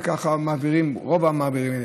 וככה מעבירים רוב המעבירים.